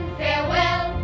farewell